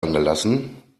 angelassen